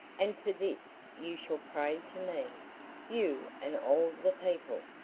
and for this you shall pray to me you and all the people.